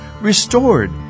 restored